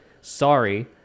Sorry